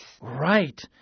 Right